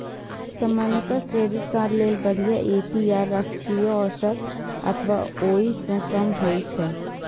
सामान्यतः credit card लेल बढ़िया ए.पी.आर राष्ट्रीय औसत अथवा ओइ सं कम होइ छै